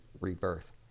rebirth